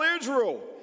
Israel